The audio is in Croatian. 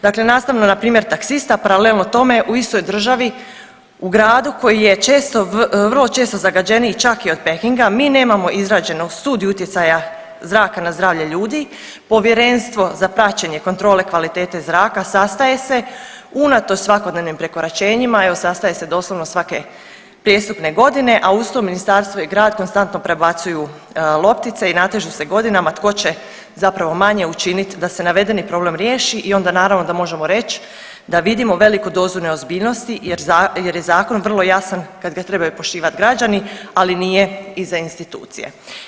Dakle nastavno na primjer taksista paralelno tome u istoj državi u gradu koji je često, vrlo često zagađeniji čak i od Pekinga mi nemamo izrađenu Studiju utjecaja zraka na zdravlje ljudi, Povjerenstvo za praćenje kontrole kvalitete zraka sastaje se unatoč svakodnevnim prekoračenjima, evo sastaje se doslovno svake prijestupne godine, a uz to ministarstvo i grad konstantno prebacuju loptice i natežu se godinama tko će zapravo manje učinit da se navedeni problem riješi i onda naravno da možemo reć da vidimo veliku dozu neozbiljnosti jer je zakon vrlo jasan kad ga trebaju poštivat građani, ali nije i za institucije.